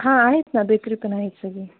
हां आहेत ना बेकरी पण आहेत सगळी